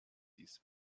this